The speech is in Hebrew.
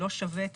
לא שווה,